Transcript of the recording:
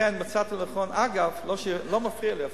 לכן, מצאתי לנכון, אגב, לא מפריע לי אפילו,